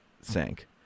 sank